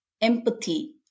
empathy